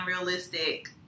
unrealistic